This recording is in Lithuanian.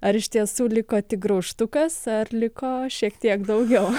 ar iš tiesų liko tik graužtukas ar liko šiek tiek daugiau